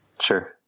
Sure